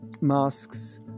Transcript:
masks